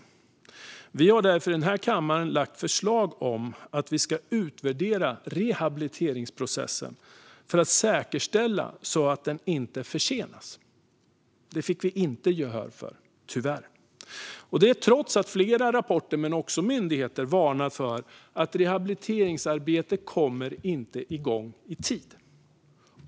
Kammaren har därför lagt fram förslag om att rehabiliteringsprocessen ska utvärderas för att säkerställa att den inte försenas. Det fick vi inte gehör för, tyvärr. Så är det trots att flera rapporter, men också myndigheter, har varnat för att rehabiliteringsarbetet inte kommer igång i tid.